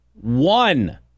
one